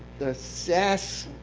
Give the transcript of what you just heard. the sas